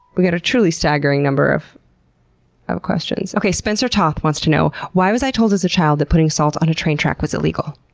we got a truly staggering number of ah questions. spencer toth wants to know why was i told as a child that putting salt on a train track was illegal?